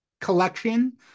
collection